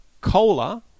cola